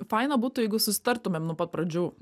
faina būtų jeigu susitartumėm nuo pat pradžių